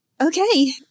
okay